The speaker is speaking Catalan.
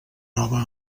nova